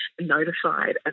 notified